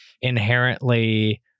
inherently